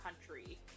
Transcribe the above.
country